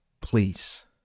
Please